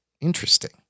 Interesting